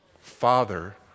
Father